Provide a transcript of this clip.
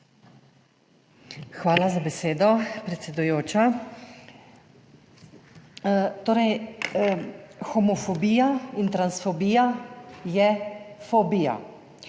Hvala za besedo, predsedujoča. Homofobija in transfobija je fobija.